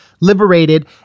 liberated